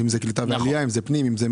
כמו משרד הקליטה וכמו משרד הפנים.